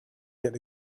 get